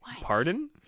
Pardon